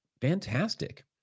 Fantastic